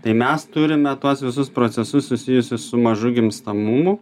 tai mes turime tuos visus procesus susijusius su mažu gimstamumu